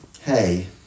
hey